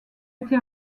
été